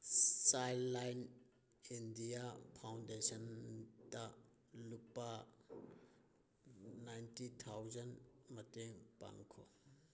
child line India ꯐꯥꯎꯟꯗꯦꯁꯟꯗ ꯂꯨꯄꯥ ninety thousand ꯃꯇꯦꯡ ꯄꯥꯡꯈꯣ